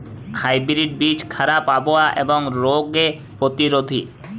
hybrid বীজ খারাপ আবহাওয়া এবং রোগে প্রতিরোধী